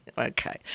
Okay